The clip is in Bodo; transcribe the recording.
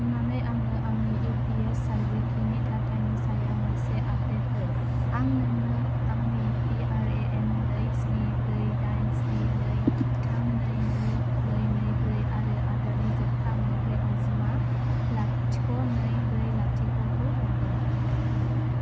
अन्नानै आंनो आंनि इउपिए सान्द्रिखिनि थाथायनि सायाव मोनसे आपडेट हो आं नोंनो आंनि पिआरएएन नै स्नि ब्रै दाइन स्नि नै थाम नै गु नै नै ब्रै आरो आदारनि जोबथा मोनब्रै अनजिमा लाथिख' नै ब्रै लाथिख'खौ हरगोन